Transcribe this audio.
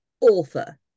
Author